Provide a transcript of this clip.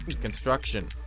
Construction